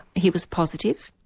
he was positive,